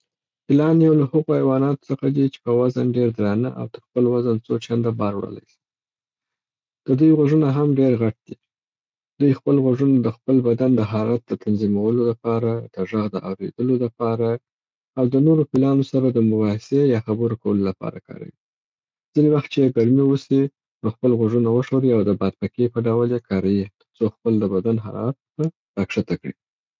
فیلان یو له هغو حیواناتو څخه دي چې په وزن ډېر درانه او تر خپل وزن څو چنده بار وړلای سي. د دوي غوږونه هم ډېر غټ دي. دوي خپل غوږونه د خپل بدن د حرارت د تنظیمولو لپاره، د ږغ د اوریدلو لپاره او د نورو پیلانو سره د مباحثې یا خبرو کولو لپاره کاروي. ځیني وخت چې یې ګرمي وسي نو خپل غوږونه وښوروي او د باد پکې په ډول یې کاروي تر څو خپل د بدن حرارت په را کښته کړي.